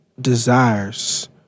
desires